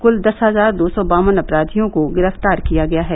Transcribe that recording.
cool दस हजार दो सौ बावन अपराधियों को गिरफ्तार किया गया है